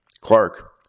Clark